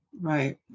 Right